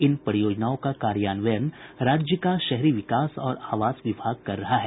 इन परियोजनाओं का कार्यान्वयन राज्य का शहरी विकास और आवास विभाग कर रहा है